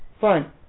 fine